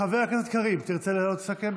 חבר הכנסת קריב, תרצה לעלות לסכם?